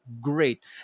great